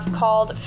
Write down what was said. called